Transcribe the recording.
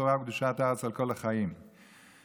התורה וקדושת הארץ על כל החיים בארץ הקודש".